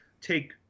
take